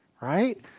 right